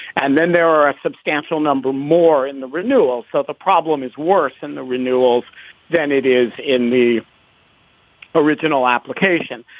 and then there are a substantial number more in the renewal. so the problem is worse in the renewals than it is in the original application.